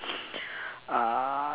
uh